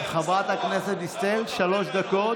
חברת הכנסת דיסטל, שלוש דקות.